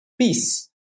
peace